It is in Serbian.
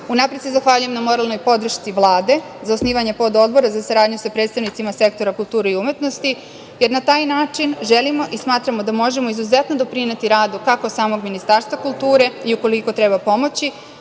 se zahvaljujem na moralnoj podršci Vlade za osnivanje pododbora za saradnju sa predstavnicima sektora kulture i umetnosti, jer na taj način želimo i smatramo da možemo izuzetno doprineti radu, kako samog Ministarstva kulture, i ukoliko treba pomoći,